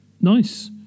nice